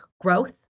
growth